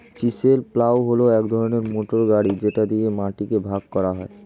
chisel plough হল এক ধরনের মোটর গাড়ি যেটা দিয়ে মাটিকে ভাগ করা যায়